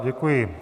Děkuji.